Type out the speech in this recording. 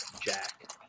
Jack